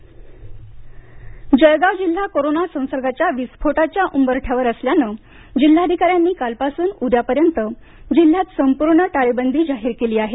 जळगाव निर्बंध जळगाव जिल्हा कोरोना संसर्गाच्या विस्फोटाच्या उंबरठ्यावर असल्यानं जिल्हाधिकाऱ्यांनी काल पासून उद्या पर्यंत जिल्ह्यात संपूर्ण टाळेबंदी जाहीर केली आहे